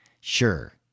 Sure